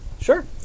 Sure